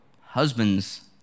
husbands